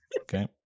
Okay